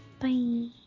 Bye